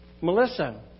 Melissa